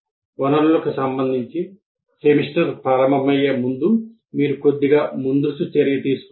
కాబట్టి వనరులకు సంబంధించి సెమిస్టర్ ప్రారంభమయ్యే ముందు మీరు కొద్దిగా ముందస్తు చర్య తీసుకోవాలి